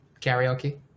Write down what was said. Karaoke